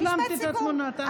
השלמת את התמונה, תאמיני לי.